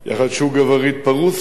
(אומר משפט בשפה הרוסית.)